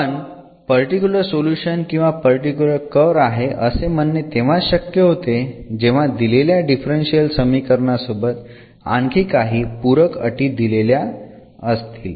पण particular solution किंवा particular curve आहे असे म्हणणे तेव्हाच शक्य होते जेव्हा दिलेल्या डिफरन्शियल समीकरणासोबत आणखी काही पूरक अटी दलेल्या असतील